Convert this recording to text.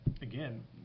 again